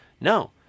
no